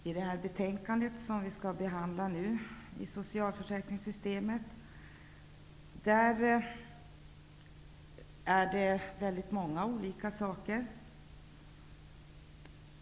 I detta betänkande, Besparingar i socialförsäkringssystemet, behandlas flera olika saker.